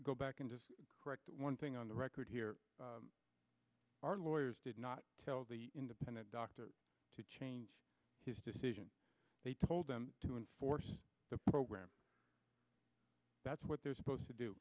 go back and correct one thing on the record here are lawyers did not tell the independent doctor to change his decision they told them to enforce the program that's what they're supposed to do